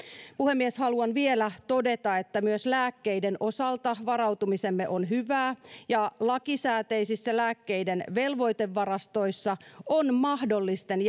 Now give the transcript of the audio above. puhemies haluan vielä todeta että myös lääkkeiden osalta varautumisemme on hyvää ja lakisääteisissä lääkkeiden velvoitevarastoissa on mahdollisten